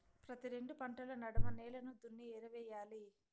ప్రతి రెండు పంటల నడమ నేలలు దున్ని ఎరువెయ్యాలి